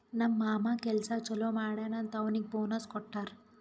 ನಮ್ ಮಾಮಾ ಕೆಲ್ಸಾ ಛಲೋ ಮಾಡ್ಯಾನ್ ಅಂತ್ ಅವ್ನಿಗ್ ಬೋನಸ್ ಕೊಟ್ಟಾರ್